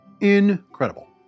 Incredible